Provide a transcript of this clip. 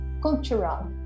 cultural